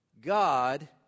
God